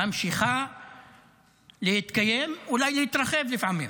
ממשיכה להתקיים, אולי להתרחב לפעמים.